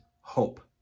hope